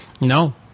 No